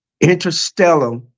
interstellar